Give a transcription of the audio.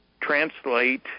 translate